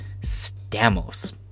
Stamos